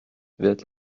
wird